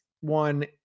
one